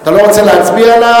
להצביע?